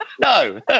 No